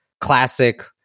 classic